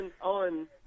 on